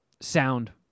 sound